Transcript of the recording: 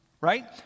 right